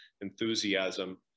enthusiasm